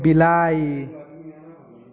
बिलाइ